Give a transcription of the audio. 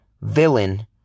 villain